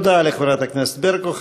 תודה לחבר הכנסת ברקו.